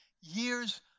years